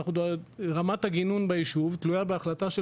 רמת הגינון ביישוב תלויה בהחלטה של